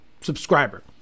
subscriber